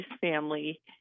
family